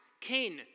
cain